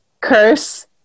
curse